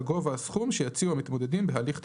על גובה הסכום שיציעו המתמודדים בהליך תחרותי.";"